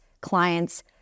clients